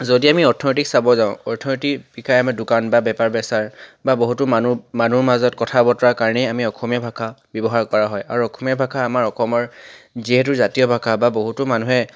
যদি আমি অৰ্থনীতি চাব যাওঁ অৰ্থনীতি বিষয় আমাৰ দোকান বা বেপাৰ বেচাৰ বা বহুতো মানুহ মানুহৰ মাজত কথা বতৰা কাৰণে অসমীয়া ভাষা ব্যৱহাৰ কৰা হয় আৰু অসমীয়া ভাষা আমাৰ অসমৰ যিহেতু জাতীয় ভাষা বা বহুতো মানুহে